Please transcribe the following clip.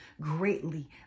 greatly